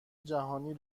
جهانی